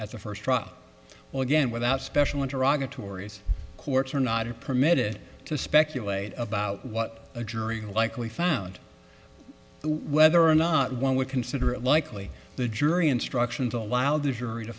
trial well again without special interactive tori's courts are not are permitted to speculate about what a jury likely found whether or not one would consider it likely the jury instructions allow the jury to